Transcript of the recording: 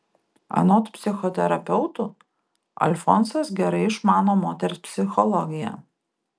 anot psichoterapeutų alfonsas gerai išmano moters psichologiją